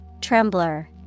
trembler